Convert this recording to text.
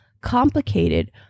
complicated